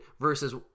versus